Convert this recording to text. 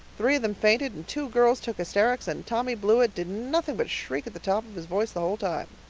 three of them fainted, and two girls took hysterics, and tommy blewett did nothing but shriek at the top of his voice the whole time.